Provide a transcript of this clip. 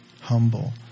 humble